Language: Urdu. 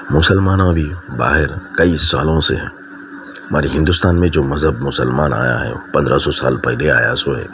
مسلمانوں بھی باہر کئی سالوں سے مگر ہندوستان میں جو مذہب مسلمان آیا ہے پندرہ سو سال پہلے آیا سو ہے